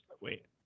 Wait